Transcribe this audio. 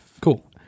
Cool